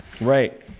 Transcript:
Right